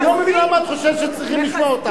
אני לא מבין למה את חושבת שצריכים לשמוע אותך.